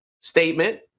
Statement